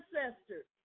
ancestors